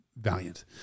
valiant